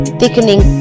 thickening